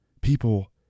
People